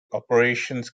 operations